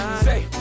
say